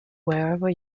wherever